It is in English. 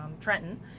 Trenton